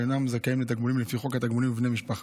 ואינם זכאים לתגמולים לפי חוק התגמולים לבני משפחה.